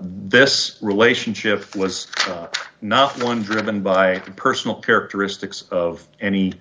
this relationship was not one driven by the personal characteristics of any